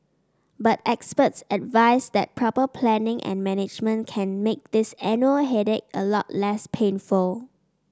but experts advice that proper planning and management can make this annual headache a lot less painful